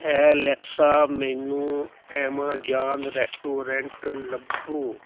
Alexa ਮੈਨੂੰ Amazon restaurant ਲੱਭੋ